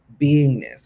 beingness